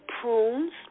prunes